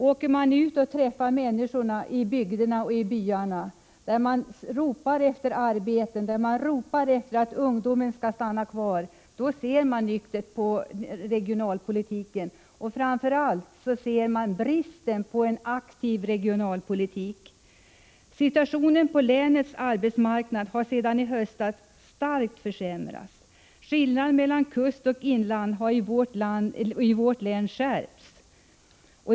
Åker man ut och träffar människorna i bygderna och i byarna, där de ropar efter arbete och efter att ungdomen skall stanna kvar, ser man nyktert på regionalpolitiken. Framför allt ser man bristen på en aktiv regionalpolitik. Situationen på länets arbetsmarknad har sedan i höstas starkt försämrats. Skillnaden mellan kustoch inland har i vårt län förstärkts.